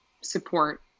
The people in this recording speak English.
support